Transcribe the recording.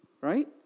right